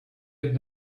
had